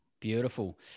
beautiful